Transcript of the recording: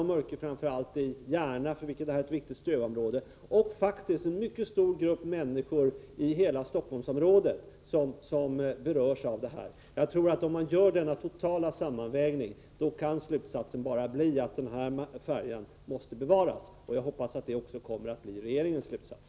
Det gäller framför allt dem som bor i Järna — för vilka Mörkö är ett viktigt stödområde — men det gäller även en mycket stor grupp människor i hela Stockholmsområdet. Om man gör denna totala sammanvägning kan slutsaten bara bli att färjan måste bevaras. Jag hoppas att det också kommer att bli regeringens slutsats.